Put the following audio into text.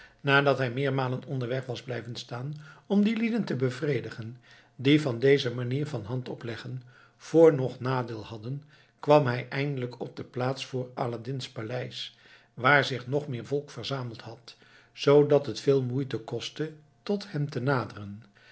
nadat hij meermalen onderweg was blijven staan om die lieden te bevredigen die van deze manier van handenopleggen voornoch nadeel hadden kwam hij eindelijk op de plaats voor aladdin's paleis waar zich nog meer volk verzameld had zoodat het veel moeite kostte tot hem te naderen